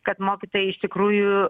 kad mokytojai iš tikrųjų